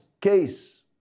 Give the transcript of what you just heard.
case